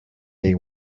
day